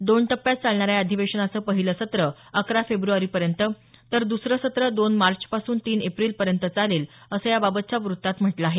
दोन टप्प्यात चालणाऱ्या या अधिवेशनाचं पहिलं सत्र अकरा फेब्रुवारीपर्यंत तर दुसरं सत्र दोन मार्चपासून तीन एप्रिलपर्यंत चालेल असं याबाबतच्या वृत्तात म्हटलं आहे